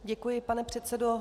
Děkuji, pane předsedo.